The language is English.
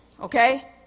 okay